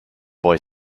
boy